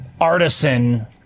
artisan